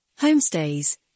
Homestays